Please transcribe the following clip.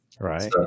right